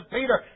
Peter